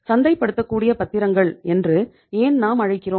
சந்தை படுத்தக்கூடிய பத்திரங்கள் என்று ஏன் நாம் அழைக்கிறோம்